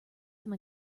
some